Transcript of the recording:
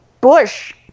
bush